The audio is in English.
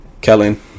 Kellen